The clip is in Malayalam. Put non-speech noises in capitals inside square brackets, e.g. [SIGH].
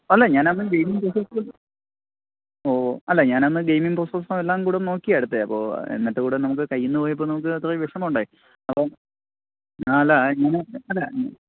അല്ല ഞാനന്ന് ഗെയിമിംഗ് [UNINTELLIGIBLE] ഓ അല്ല ഞാനന്ന് ഗെയിമിംഗ് [UNINTELLIGIBLE] എല്ലാം കൂടെ നോക്കിയാണ് എടുത്തത് അപ്പോള് എന്നിട്ട് കൂടെ നമുക്ക് കയ്യില്നിന്നു പോയപ്പോള് നമുക്ക് അത്ര വിഷമമുണ്ടായി അപ്പോള് ആ അല്ല അല്ല